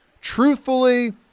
truthfully